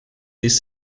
these